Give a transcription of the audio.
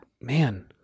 man